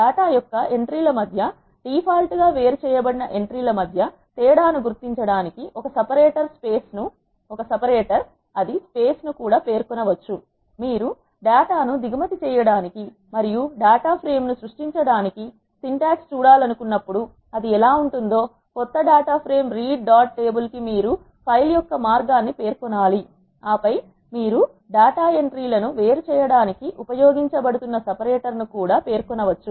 data యొక్క entry ల మధ్య డిఫాల్ట్ గా వేరు చేయబడిన ఎంట్రీ ల మధ్య తేడా ను గుర్తించడానికి ఒక సపరేటర్ స్పేస్ ను కూడా పేర్కొనవచ్చు మీరు డేటాను దిగుమతి చేయడానికి మరియు యు డేటా ఫ్రేమ్ నేను సృష్టించడానికి సింటాక్స్ చూడాలనుకున్నప్పుడుఇది ఎలా ఉంటుందో క్రొత్త data frame read dot table కి మీరు ఫైల్ యొక్క మార్గాన్ని పేర్కొనాలి ఆపై మీరు డేటా ఎంట్రీ లను వేరు చేయడానికి ఉపయోగించబడుతున్న సపరేటర్ ను కూడా పేర్కొనవచ్చు